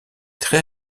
très